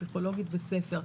פסיכולוגית בית הספר.